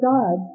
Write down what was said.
God